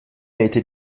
été